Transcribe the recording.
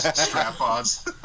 strap-ons